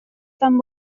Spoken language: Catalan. tan